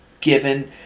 given